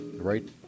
right